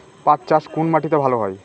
পাট চাষ কোন মাটিতে ভালো হয়?